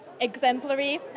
exemplary